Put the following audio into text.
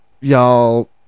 Y'all